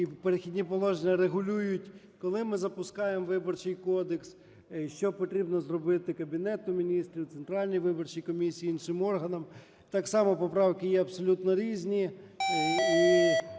"Перехідні положення" регулюють, коли ми запускаємо Виборчий кодекс, що потрібно зробити Кабінету Міністрів, Центральній виборчій комісії, іншим органам. Так само поправки є абсолютно різні.